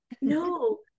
no